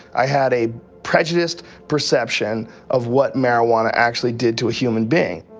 i had a prejudiced perception of what marijuana actually did to a human being.